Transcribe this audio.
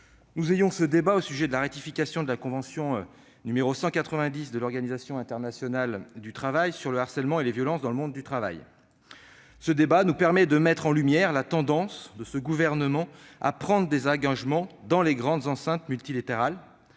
nous ayons ce débat sur la ratification de la convention n° 190 de l'Organisation internationale du travail sur le harcèlement et les violences dans le monde du travail. Le débat nous permet de mettre en lumière la tendance de ce gouvernement à prendre, dans les grandes enceintes multilatérales,